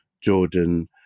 Jordan